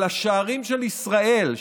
אבל השערים של ישראל,